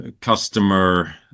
customer